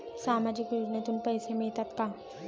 सामाजिक योजनेतून पैसे मिळतात का?